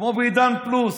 כמו בעידן פלוס,